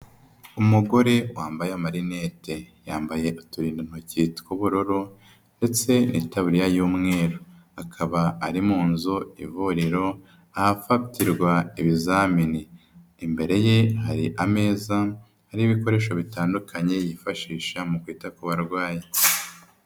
Umugore wambaye marinete. Yambaye uturindantoki tw'ubururu ndetse itaburiya y'umweru. Akaba ari mu nzu y'ivuriro, ahafatirwa ibizamini. Imbere ye hari ameza, ariho ibikoresho bitandukanye yifashisha mu kwita ku barwayi.